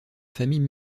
famille